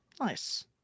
Nice